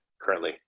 currently